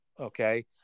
Okay